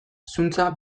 zuntza